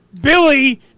Billy